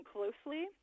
Closely